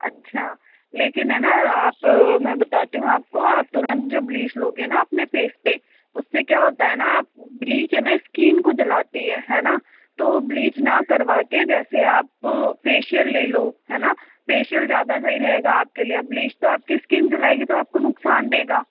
अच्छा लेकिन है ना आप मैं बताती हूँ आपको तुरंत जो ब्लीच लोगे न अपने फेस पर उससे क्या होता है न ब्लीच है न स्किन को जलाती है है न तो ब्लीच न करवाके जैसे आप फेसिअल ले लो है न फेसिअल ज़्यादा सही रहेगा आपके लिए ब्लीच तो आपकी स्किन जलायेगी तो आपको नुकसान देगा